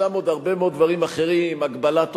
וישנם עוד הרבה מאוד דברים אחרים, הגבלת הוצאות,